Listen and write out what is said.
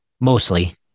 mostly